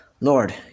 Lord